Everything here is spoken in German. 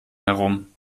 herum